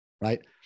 right